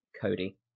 Cody